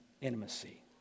intimacy